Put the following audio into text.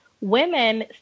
women